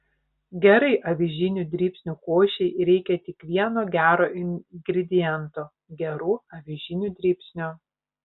gerai avižinių dribsnių košei reikia tik vieno gero ingrediento gerų avižinių dribsnių